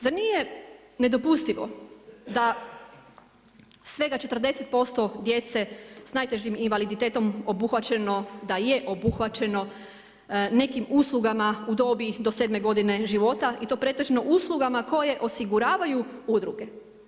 Zar nije nedopustivo da svega 40% djece sa najtežim invaliditetom obuhvaćeno, da je obuhvaćeno nekim uslugama u dobi od 7 godine života i to pretežno uslugama koje osiguravaju udruge.